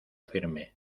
firme